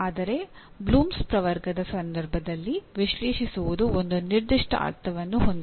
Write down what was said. ಆದರೆ ಬ್ಲೂಮ್ಸ್ ಪ್ರವರ್ಗದ ಸಂದರ್ಭದಲ್ಲಿ ವಿಶ್ಲೇಷಿಸುವುದು ಒಂದು ನಿರ್ದಿಷ್ಟ ಅರ್ಥವನ್ನು ಹೊಂದಿದೆ